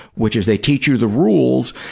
which is they teach you the rules,